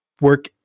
work